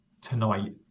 tonight